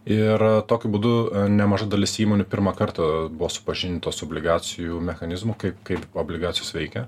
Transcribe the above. ir tokiu būdu nemaža dalis įmonių pirmą kartą buvo supažindintos su obligacijų mechanizmu kaip kaip obligacijos veikia